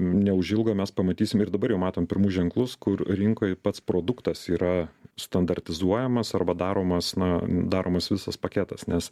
neužilgo mes pamatysim ir dabar jau matom pirmus ženklus kur rinkoj pats produktas yra standartizuojamas arba daromas na daromas visas paketas nes